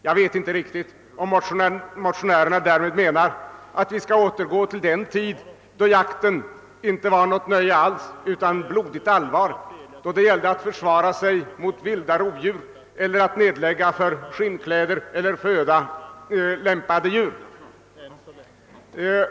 Jag vet inte riktigt om de därmed menar, att vi skall gå så långt tillbaka i tiden att jakten inte var något nöje utan blodigt allvar, då det gällde att försvara sig mot vilda rovdjur eller att nedlägga för skinnkläder eller föda lämpliga djur.